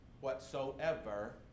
whatsoever